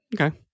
Okay